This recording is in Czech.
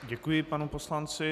Děkuji panu poslanci.